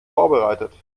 vorbereitet